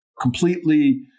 completely